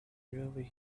really